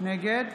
נגד